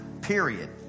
period